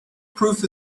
proof